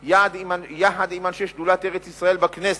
יחד עם אנשי שדולת ארץ-ישראל בכנסת,